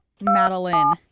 Madeline